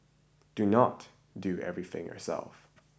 do not do everything yourself